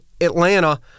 Atlanta